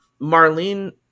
Marlene